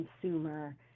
consumer